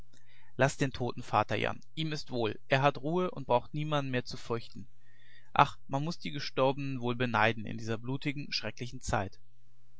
laß den toten vater jan ihm ist wohl er hat ruhe und braucht niemanden mehr zu fürchten ach man muß die gestorbenen wohl beneiden in dieser blutigen schrecklichen zeit